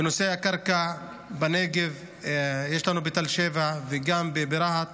בנושא הקרקע בנגב, יש לנו בתל שבע וגם ברהט